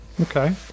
Okay